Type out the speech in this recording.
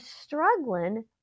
struggling